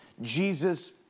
Jesus